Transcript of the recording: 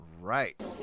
right